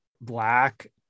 black